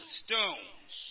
stones